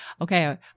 okay